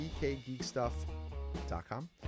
bkgeekstuff.com